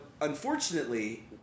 unfortunately